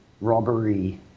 robbery